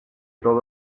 todo